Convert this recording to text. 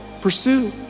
pursue